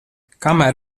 kamēr